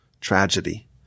tragedy